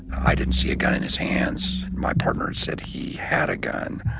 i didn't see a gun in his hands. my partner said he had a gun.